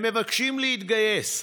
הם מבקשים להתגייס.